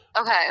Okay